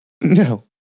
No